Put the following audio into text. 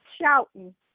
shouting